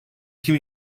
kim